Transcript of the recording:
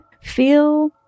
feel